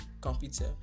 computer